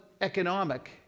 economic